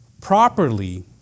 properly